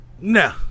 No